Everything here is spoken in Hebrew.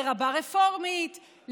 לרבה רפורמית,